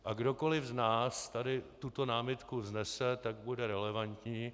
A kdokoli z nás tady tuto námitku vznese, tak bude relevantní.